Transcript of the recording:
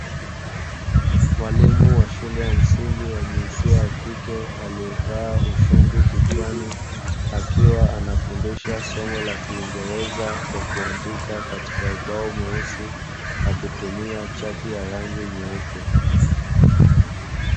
Mwalimu wa shule ya msingi wa jinsia ya kike aliyevaa ushungi kichwani, akiwa anafundisha somo la kiingereza kwa kuandika katika ubao mweusi akitumia chaki ya rangi nyeupe.